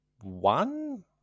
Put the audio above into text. one